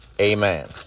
Amen